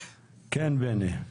כן, בני.